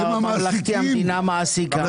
בממלכתי המדינה מעסיקה.